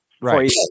Right